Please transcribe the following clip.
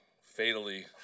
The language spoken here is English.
fatally